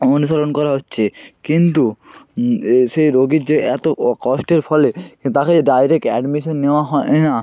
অনুসরণ করা হচ্ছে কিন্তু সেই রোগীর যে এত কষ্টের ফলে তাকে ডাইরেক্ট অ্যাডমিশন নেওয়া হয় না